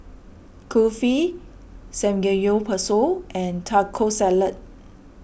Kulfi Samgeyopsal and Taco Salad